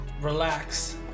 relax